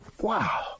wow